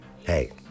Hey